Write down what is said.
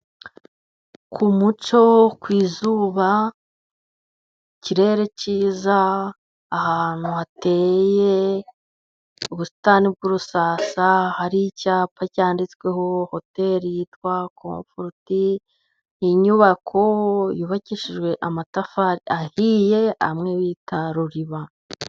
Ku mucyo, ku izuba, ikirere cyiza, ahantu hateye ubusitani bw’urusasa, hari icyapa cyanditseho hoteli yitwa Komforuti. Inyubako yubakishijwe amatafari ahiye amwe bita ruriba.